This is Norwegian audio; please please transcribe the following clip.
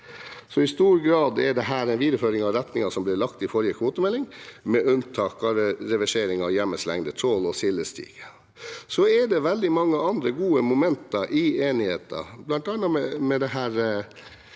i stor grad er dette en videreføring av retningen som ble lagt i forrige kvotemelding, med unntak av reversering av hjemmelslengde, trål- og sildestige. Det er også veldig mange andre gode momenter i enigheten, bl.a. det med å